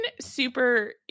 super